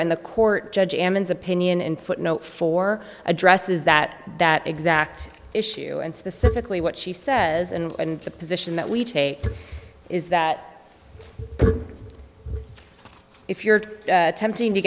and the court judge ammons opinion in footnote four addresses that that exact issue and specifically what she says and the position that we take is that if you're attempting to